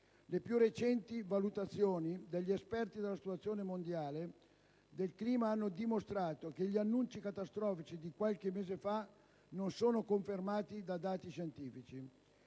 Le più recenti valutazioni degli esperti sulla situazione mondiale del clima hanno dimostrato che gli annunci catastrofici di qualche mese fa non sono confermati da dati scientifici.